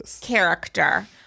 character